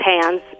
hands